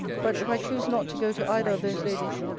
but, if i choose not to go to either of those ladies,